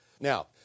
Now